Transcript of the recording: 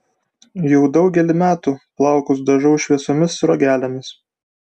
jau daugelį metų plaukus dažau šviesiomis sruogelėmis